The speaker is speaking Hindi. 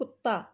कुत्ता